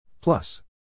Plus